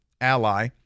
ally